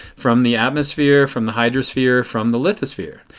from the atmosphere, from the hydrosphere, from the lithosphere.